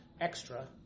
extra